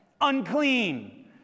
unclean